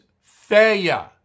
failure